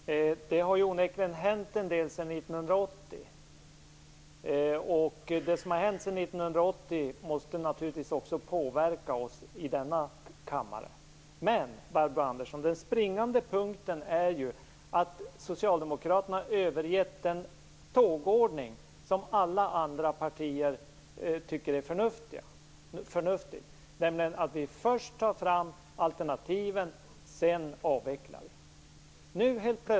Fru talman! Det har onekligen hänt en del sedan 1980, och det måste naturligtvis också påverka oss i denna kammare. Men den springande punkten är ju, Barbro Andersson, att Socialdemokraterna har övergett den tågordning som alla andra partier tycker är förnuftig, nämligen att vi först tar fram alternativen och sedan avvecklar.